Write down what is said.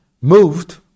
moved